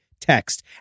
text